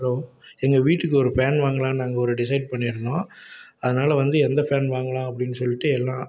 hello எங்கள் வீட்டுக்கு ஒரு ஃபேன் வாங்கலாம்னு நாங்கள் ஒரு டிஸைட் பண்ணியிருந்தோம் அதனால் வந்து எந்த ஃபேன் வாங்கலாம் அப்படின்னு சொல்லிட்டு எல்லாம்